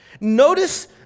Notice